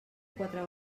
quatre